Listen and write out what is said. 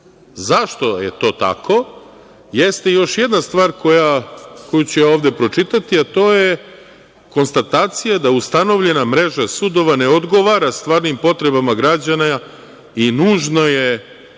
zašto je to tako jeste još jedna stvar koju ću ja ovde pročitati, a to je konstatacija da ustanovljena mreža sudova ne odgovara stvarnim potrebama građana i nužno je